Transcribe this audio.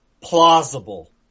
plausible